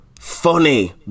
funny